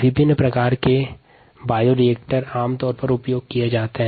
विभिन्न प्रकार के बायोरिएक्टर्स उपयोग किए जाते हैं